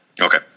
Okay